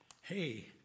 hey